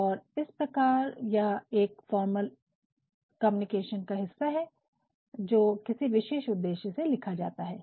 और इस प्रकार यह एक फॉर्मल कम्युनिकेशन का हिस्सा है जो किसी विशेष उद्देश्य से लिखा जाता है